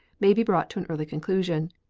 may be brought to an early conclusion.